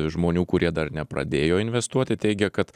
žmonių kurie dar nepradėjo investuoti teigia kad